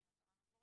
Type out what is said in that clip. שהיא מטרה מבורכת,